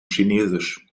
chinesisch